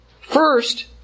First